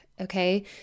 Okay